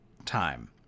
Time